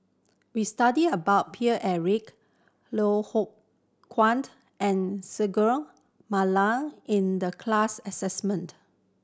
we studied about Paine Eric Loh Hoong Kwaned and Singai Mukilan in the class assessment